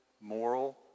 moral